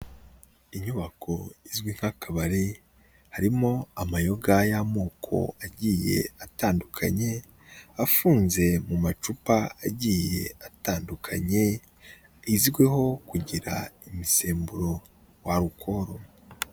Inyubako izwi nk'akabari harimo amayoga y'amoko agiye atandukanye afunze mu macupa agiye atandukanye, izwiho kugira imisemburo wa alukoro.